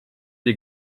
les